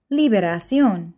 liberación